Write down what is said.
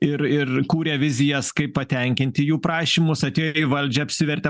ir ir kūrė vizijas kaip patenkinti jų prašymus atėjo į valdžią apsivertė